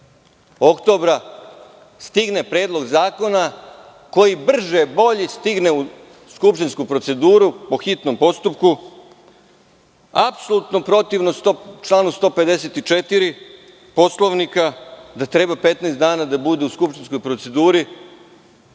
oktobra stigne Predlog zakona koji brže bolje stigne u skupštinsku proceduru po hitnom postupku, apsolutno protivno članu 154. Poslovnika, da treba 15 dana da bude u skupštinskoj proceduri. Slažem